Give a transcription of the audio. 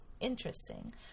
Interesting